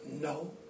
no